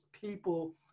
people